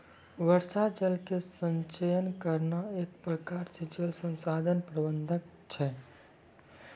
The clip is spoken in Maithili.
वर्षा जल के संचयन करना एक प्रकार से जल संसाधन प्रबंधन छै